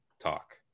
talk